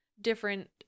different